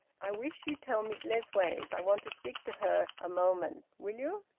i wish you'd tell miss lessways i want to speak to her a moment, will you?